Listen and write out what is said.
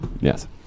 Yes